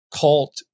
cult